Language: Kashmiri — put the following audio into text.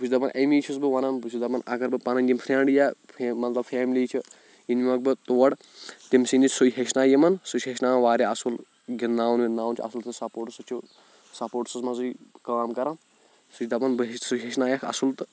بہٕ چھُس دَپَان اَمی چھُس بہٕ وَنَان بہٕ چھُس دَپَان اگر بہٕ پَنٕںۍ یِم فرٛنٛڈ یا فے مطلب فیملی چھِ یِم نِمَکھ بہٕ تور تٔمۍ سٕے نِش سُے ہیٚچھناے یِمَن سُہ چھِ ہیٚچھنااوَن واریاہ اَصل گِنٛدناوَان وِنٛدناوَان چھِ اَصُل سپوٹس سُہ چھِ سپوٹسَس منٛزٕے کٲم کَران سُہ چھِ دَپَان بہٕ ہیٚچھِ سُہ ہیٚچھنایَکھ اَصل تہٕ